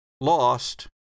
lost